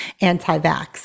anti-vax